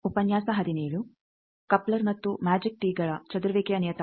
ಈ 17ನೇ ಉಪನ್ಯಾಸಕ್ಕೆ ಸ್ವಾಗತ